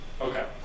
Okay